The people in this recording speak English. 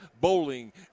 bowling